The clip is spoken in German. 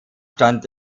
stand